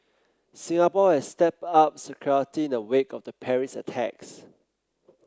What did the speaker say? Singapore has stepped up security in the wake of the Paris attacks